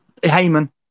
heyman